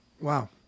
wow